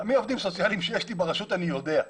מי העובדים הסוציאליים שיש לי ברשות אני יודע,